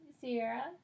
Sierra